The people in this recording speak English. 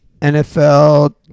NFL